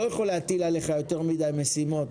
אני לא יכול להטיל עליך יותר מדי משימות,